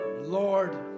Lord